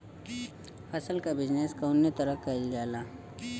फसल क बिजनेस कउने तरह कईल जाला?